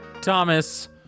Thomas